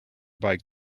bike